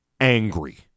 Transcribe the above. angry